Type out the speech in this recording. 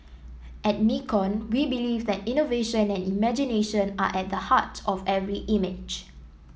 at Nikon we believe that innovation and imagination are at the heart of every image